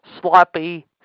sloppy